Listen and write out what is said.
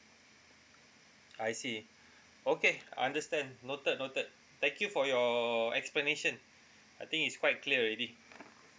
I see okay I understand noted noted thank you for your explanation I think it's quite clear already